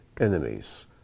enemies